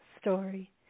story